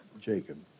Jacob